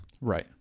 Right